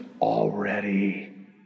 already